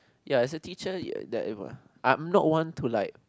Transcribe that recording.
ya as a teacher I am not one to like